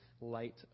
light